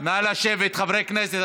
נא לשבת, חברי הכנסת.